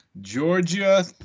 Georgia